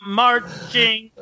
marching